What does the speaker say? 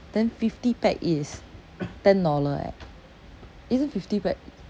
then fifty pack is ten dollar eh is it fifty pack